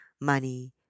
money